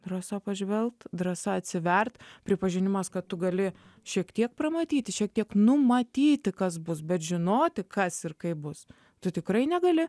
drąsa pažvelgt drąsa atsivert pripažinimas kad tu gali šiek tiek pramatyti šiek tiek numatyti kas bus bet žinoti kas ir kaip bus tu tikrai negali